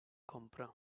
compra